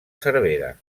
cervera